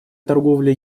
торговля